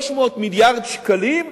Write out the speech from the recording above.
היא 300 מיליארד שקלים,